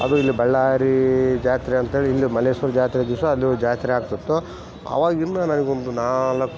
ಅದು ಇಲ್ಲಿ ಬಳ್ಳಾರಿ ಜಾತ್ರೆ ಅಂತೇಳಿ ಇಲ್ಲಿ ಮಲ್ಲೇಶ್ವರ ಜಾತ್ರೆ ದಿವಸ ಅಲ್ಲಿ ಒಂದು ಜಾತ್ರೆ ಆಗ್ತಿತ್ತು ಆವಾಗಿನ್ನು ನನಗೊಂದು ನಾಲ್ಕು